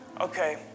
Okay